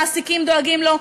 המעסיקים דואגים לו.